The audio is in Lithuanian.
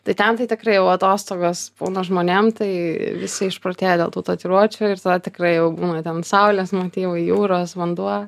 tai ten tai tikrai jau atostogas būna žmonėm tai visi išprotėję dėl tų tatuiruočių ir tada tikrai būna ten saulės motyvai jūros vanduo